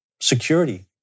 security